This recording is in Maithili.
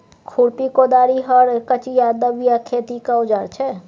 खुरपी, कोदारि, हर, कचिआ, दबिया खेतीक औजार छै